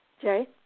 Jay